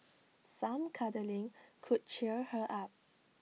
some cuddling could cheer her up